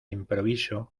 improviso